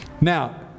now